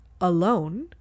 alone